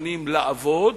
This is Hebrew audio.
ומוכנים לעבוד